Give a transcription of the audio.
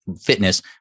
fitness